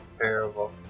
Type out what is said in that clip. terrible